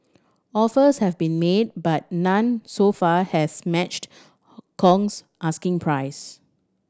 offers have been made but none so far has matched Kong's asking price